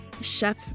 Chef